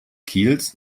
kiels